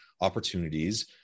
opportunities